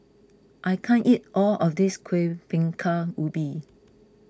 I can't eat all of this Kuih Bingka Ubi